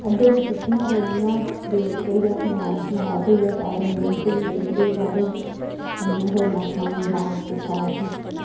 अद्धे फ्ही सुट्टना पे इ'यां बेस्ट होई गेआ समान नास होई गेआ सारी मैंह्नत बी गेई उठी बचारी इ'यां गै इन्ना समान नास कीता असें